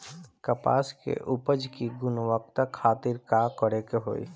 कपास के उपज की गुणवत्ता खातिर का करेके होई?